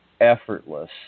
effortless